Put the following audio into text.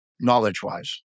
knowledge-wise